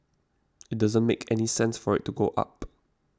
it doesn't make any sense for it to go up